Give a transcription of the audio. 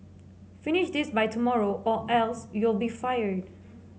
finish this by tomorrow or else you'll be fired